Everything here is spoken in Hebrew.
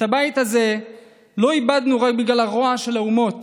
את הבית הזה לא איבדנו רק בגלל הרוע של האומות